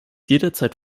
jederzeit